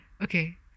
okay